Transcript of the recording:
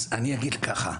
אני אגיד ככה,